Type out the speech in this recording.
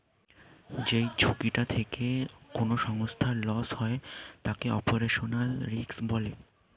যেই ঝুঁকিটা থেকে কোনো সংস্থার লস হয় তাকে অপারেশনাল রিস্ক বলে